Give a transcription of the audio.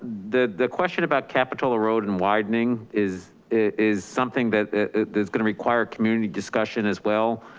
the the question about capital ah road and widening is is something that is gonna require community discussion as well.